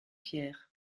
pierre